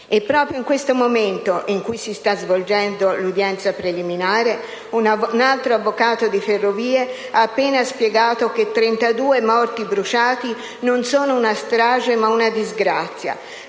E proprio in questo momento, in cui si sta svolgendo l'udienza preliminare, un altro avvocato di Ferrovie ha appena spiegato che 32 morti bruciati non sono una strage ma una disgrazia;